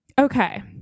Okay